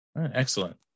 Excellent